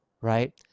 Right